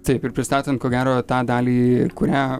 taip ir pristatant ko gero tą dalį kurią